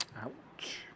Ouch